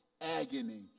agony